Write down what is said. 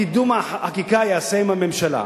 קידום החקיקה ייעשה עם הממשלה,